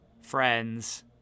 friends